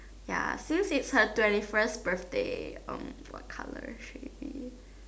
ya since it's her twenty first birthday um what colour should we